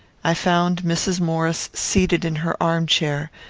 i found mrs. maurice seated in her arm-chair,